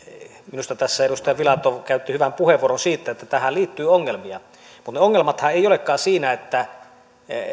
minusta tässä edustaja filatov käytti hyvän puheenvuoron siitä että tähän liittyy ongelmia mutta ne ongelmathan eivät olekaan siinä että